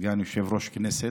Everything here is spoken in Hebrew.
כסגן יושב-ראש כנסת.